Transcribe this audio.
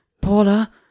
Paula